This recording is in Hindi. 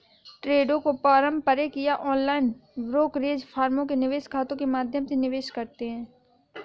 ट्रेडों को पारंपरिक या ऑनलाइन ब्रोकरेज फर्मों के निवेश खातों के माध्यम से निवेश करते है